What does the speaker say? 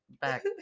back